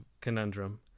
conundrum